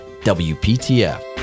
wptf